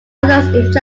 others